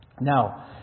Now